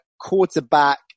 quarterback